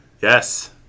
Yes